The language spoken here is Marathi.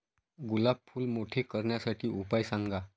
गुलाब फूल मोठे करण्यासाठी उपाय सांगा?